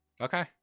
Okay